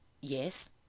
yes